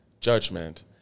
judgment